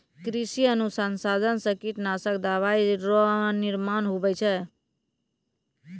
कृषि अनुसंधान से कीटनाशक दवाइ रो निर्माण हुवै छै